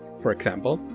for example,